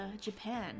Japan